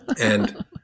And-